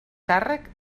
càrrec